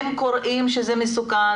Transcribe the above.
הם קוראים שזה מסוכן,